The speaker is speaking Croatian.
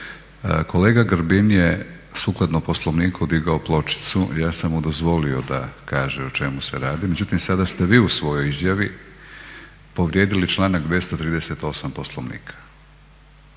Kolega Grbin je sukladno Poslovniku digao pločicu. Ja sam mu dozvolio da kaže o čemu se radi. Međutim, sada ste vi u svojoj izjavi povrijedili članak 238. Poslovnika.